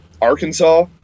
Arkansas